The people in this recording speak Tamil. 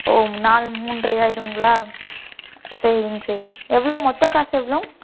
ஓ நாலு மூன்றரை ஆகிடுங்களா சரிங்க சரிங்க எவ்வளோ மொத்த காசு எவ்வளோ